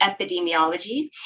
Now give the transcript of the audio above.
epidemiology